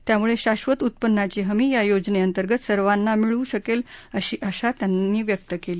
त्यामुळे शाश्वत उत्पन्नाची हमी या योजने अंतर्गत सर्वांना मिळू शकेल अशी आशा त्यांनी व्यक्त केली